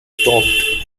stopped